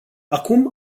acum